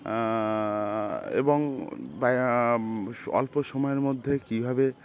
এবং অল্প সময়ের মধ্যে কীভাবে